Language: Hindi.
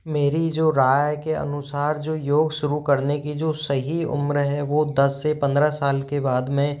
मेरी जो राय के अनुसार जो योग शुरू करने की जो सही उम्र है वह दस से पंद्रह साल के बाद में